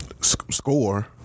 score